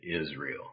Israel